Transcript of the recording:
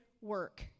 work